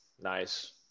nice